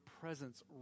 presence